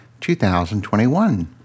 2021